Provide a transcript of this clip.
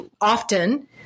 Often